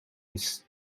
with